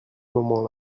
moment